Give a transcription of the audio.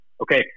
Okay